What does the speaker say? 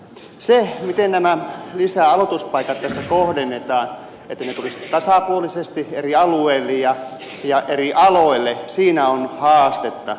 siinä miten nämä lisäaloituspaikat tässä kohdennetaan että ne tulisivat tasapuolisesti eri alueille ja eri aloille on haastetta